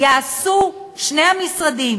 יעשו שני המשרדים,